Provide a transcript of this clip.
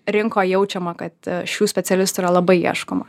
rinkoj jaučiama kad šių specialistų yra labai ieškoma